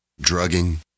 drugging